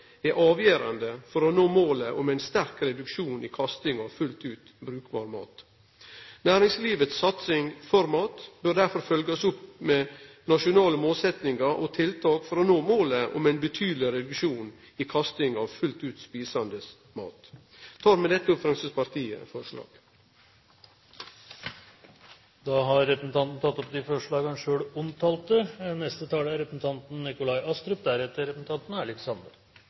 er avgjerande for å nå målet om ein sterk reduksjon når det gjeld kasting av fullt ut brukbar mat. Næringslivets satsing, ForMat, bør derfor følgjast opp med nasjonale målsetjingar og tiltak for å nå målet om ein betydeleg reduksjon i kasting av fullt ut etande mat. Eg tek med dette opp dei forslaga Framstegspartiet har saman med Høgre og Kristeleg Folkeparti. Representanten